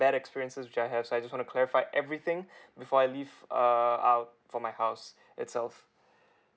bad experiences that I have so I just want to clarified everything before I leave err out from my house itself